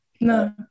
no